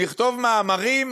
נכתוב מאמרים